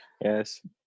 Yes